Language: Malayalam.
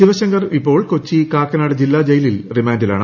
ശിവശങ്കർ ഇപ്പോൾ കൊച്ചി കാക്കന്യുട് ജില്ല ജയിലിൽ റിമാന്റിലാണ്